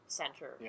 center